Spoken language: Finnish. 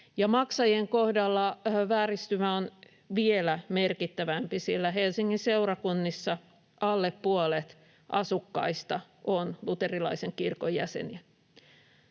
Maksajien kohdalla vääristymä on vielä merkittävämpi, sillä Helsingin seurakunnissa alle puolet asukkaista on luterilaisen kirkon jäseniä.